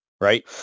right